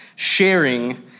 sharing